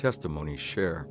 testimony share